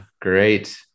great